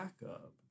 backup